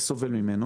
עלינו